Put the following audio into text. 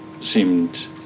seemed